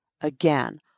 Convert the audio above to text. Again